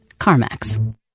CarMax